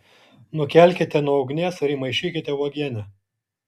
nukelkite nuo ugnies ir įmaišykite uogienę